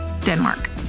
Denmark